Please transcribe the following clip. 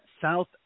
South